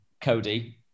Cody